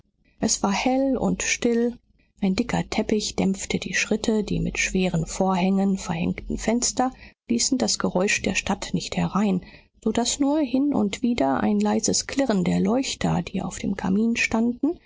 es war hell und still ein dicker teppich dämpfte die schritte die mit schweren vorhängen verhängten fenster ließen das geräusch der stadt nicht herein so daß nur hin und wieder ein leises klirren der leuchter die auf dem kamin standen